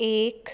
एक